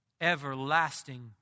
Everlasting